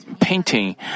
painting